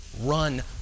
run